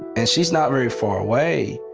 and she is not very far away.